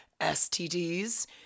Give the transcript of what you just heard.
stds